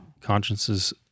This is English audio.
Consciences